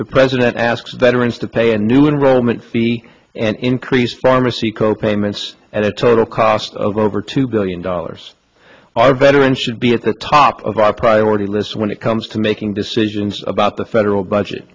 the president asks veterans to pay a new enrollment fee and increase pharmacy co payments at a total cost of over two billion dollars our veterans should be at the top of our priority list when it comes to making decisions about the federal budget